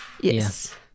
Yes